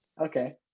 okay